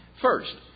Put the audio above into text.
First